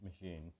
machine